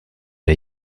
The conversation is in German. der